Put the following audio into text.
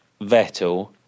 Vettel